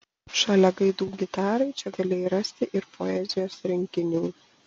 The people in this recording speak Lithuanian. šalia gaidų gitarai čia galėjai rasti ir poezijos rinkinių